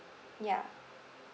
ya